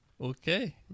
Okay